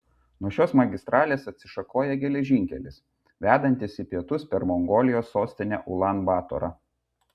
nuo šios magistralės atsišakoja geležinkelis vedantis į pietus per mongolijos sostinę ulan batorą